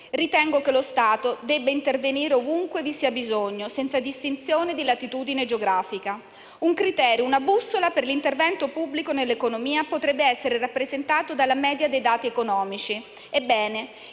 Ritengo che lo Stato debba intervenire ovunque vi sia bisogno, senza distinzione di latitudine geografica. Un criterio, una bussola per l'intervento pubblico nell'economia potrebbe essere rappresentato dalla media dei dati economici.